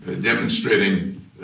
demonstrating